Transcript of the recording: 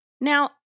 Now